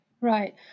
right